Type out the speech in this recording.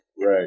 right